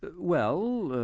but well